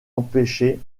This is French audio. empêcher